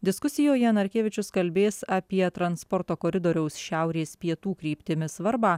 diskusijoje narkevičius kalbės apie transporto koridoriaus šiaurės pietų kryptimi svarbą